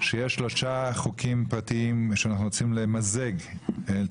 שיש שלושה חוקים פרטיים שאנחנו רוצים למזג את